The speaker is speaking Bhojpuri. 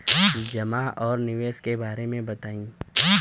जमा और निवेश के बारे मे बतायी?